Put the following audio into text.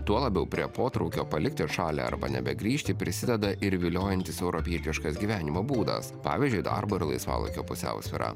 tuo labiau prie potraukio palikti šalį arba nebegrįžti prisideda ir viliojantis europietiškas gyvenimo būdas pavyzdžiui darbo ir laisvalaikio pusiausvyra